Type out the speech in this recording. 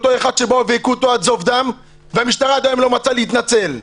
את אותו אחד שהיכו אותו עד זוב דם והמשטרה עדיין לא מצאה לנכון להתנצל.